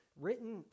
written